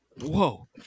Whoa